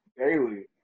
daily